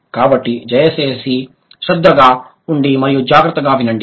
కాబట్టి దయచేసి శ్రద్దగా ఉండి మరియు జాగ్రత్తగా వినండి